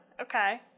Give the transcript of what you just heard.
Okay